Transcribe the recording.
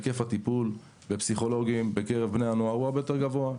היקף הטיפול בפסיכולוגים בקרב בני הנוער הוא הרבה יותר גבוה.